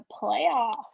playoffs